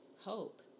hope